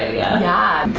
ah yeah yeah,